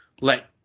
let